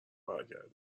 برگردین